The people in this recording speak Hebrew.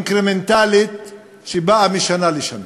אינקרמנטלית שבאה משנה לשנה.